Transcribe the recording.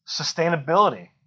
sustainability